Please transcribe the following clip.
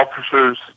officers